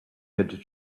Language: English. had